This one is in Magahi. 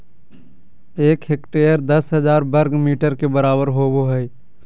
एक हेक्टेयर दस हजार वर्ग मीटर के बराबर होबो हइ